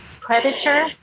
predator